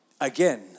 Again